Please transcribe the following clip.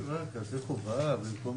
אמרתי --- היא הייתה במחלוקת ברמה